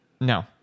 No